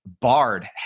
Bard